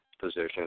position